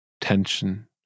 tension